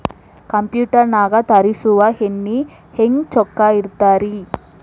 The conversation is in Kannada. ಕಂಪ್ಯೂಟರ್ ನಾಗ ತರುಸುವ ಎಣ್ಣಿ ಹೆಂಗ್ ಚೊಕ್ಕ ಇರತ್ತ ರಿ?